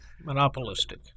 Monopolistic